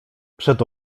przed